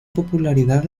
popularidad